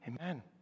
Amen